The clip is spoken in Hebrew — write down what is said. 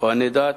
כוהני דת,